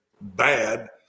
bad